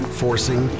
forcing